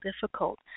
difficult